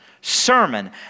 sermon